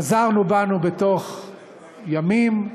וחזרנו בנו בתוך ימים.